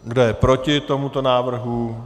Kdo je proti tomuto návrhu?